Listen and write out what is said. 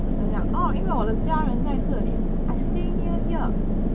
你讲 orh 因为我的家人在这里 I stay near here